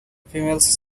females